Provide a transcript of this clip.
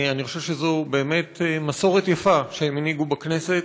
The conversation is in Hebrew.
אני חושב שזו באמת מסורת יפה שהן הנהיגו בכנסת,